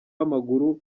w’amaguru